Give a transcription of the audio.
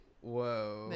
Whoa